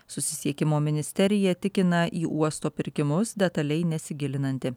susisiekimo ministerija tikina į uosto pirkimus detaliai nesigilinanti